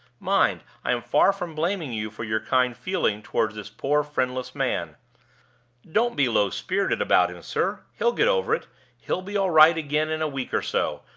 mind, i am far from blaming you for your kind feeling toward this poor friendless man don't be low-spirited about him, sir. he'll get over it he'll be all right again in a week or so.